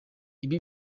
ibi